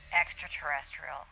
extraterrestrial